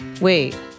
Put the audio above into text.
Wait